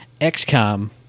XCOM